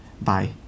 Bye